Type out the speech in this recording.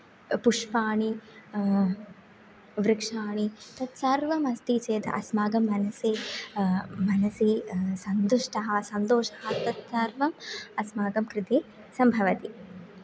पुष्पाणि वृक्षाणि तत्सर्वमस्ति चेत् अस्माकं मनसि मनसि सन्तुष्टः सन्तोषः तत्सर्वम् अस्माकं कृते सम्भवति